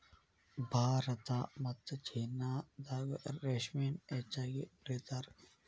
ಭಾರತಾ ಮತ್ತ ಚೇನಾದಾಗ ರೇಶ್ಮಿನ ಹೆಚ್ಚಾಗಿ ಬೆಳಿತಾರ